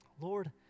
Lord